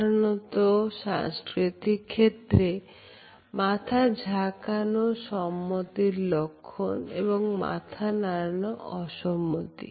সাধারণত সাংস্কৃতিক ক্ষেত্রে মাথা ঝাকানো সম্মতির লক্ষণ এবং মাথা নাড়ানো অসম্মতি